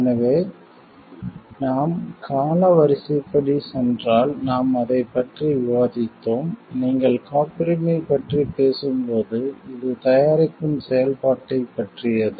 எனவே நாம் காலவரிசைப்படி சென்றால் நாம் அதைப் பற்றி விவாதித்தோம் நீங்கள் காப்புரிமை பற்றி பேசும்போது இது தயாரிப்பின் செயல்பாட்டைப் பற்றியது